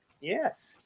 Yes